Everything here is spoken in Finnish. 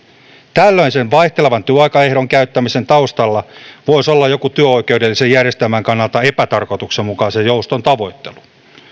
tällaisen vaihtelevan työaikaehdon käyttämisen taustalla voisi olla joku työoikeudellisen järjestelmän kannalta epätarkoituksenmukainen jouston tavoittelu